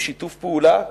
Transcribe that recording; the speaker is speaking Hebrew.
בשיתוף פעולה,